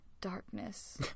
darkness